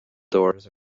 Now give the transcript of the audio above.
doors